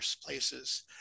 places